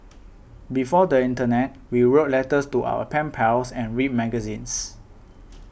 before the internet we wrote letters to our pen pals and read magazines